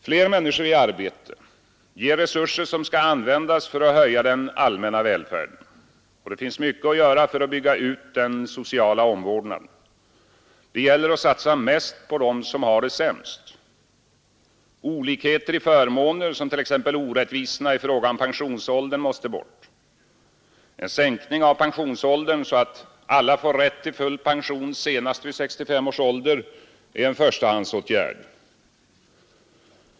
Fler människor i arbete ger resurser som skall användas för att höja den allmänna välfärden, och det finns mycket att göra för att bygga ut den sociala omvårdnaden. Det gäller att satsa mest på dem som har det sämst. Olikheter i förmåner, såsom orättvisorna i fråga om pensionsåldern, måste bort. En sänkning av pensionsåldern så att alla får rätt till full pension senast vid 65 års ålder är en förstahandsåtgärd.